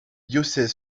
diocèses